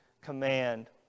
command